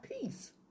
peace